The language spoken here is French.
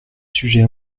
sujets